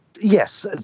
Yes